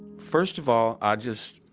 first of all, i just